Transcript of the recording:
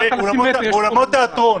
אולמות תיאטרון